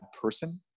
person